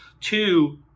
Two